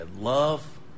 love